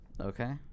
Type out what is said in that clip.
Okay